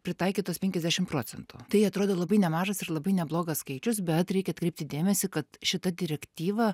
pritaikytos penkiasdešim procentų tai atrodo labai nemažas ir labai neblogas skaičius bet reikia atkreipti dėmesį kad šita direktyva